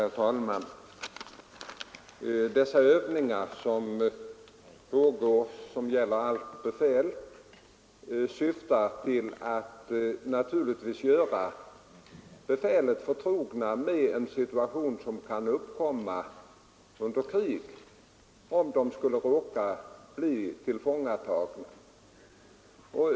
Herr talman! Dessa övningar, som tillämpas för allt befäl, syftar givetvis till att göra befälspersonerna förtrogna med den situation som kan uppkomma under krig, om de skulle råka bli tillfångatagna.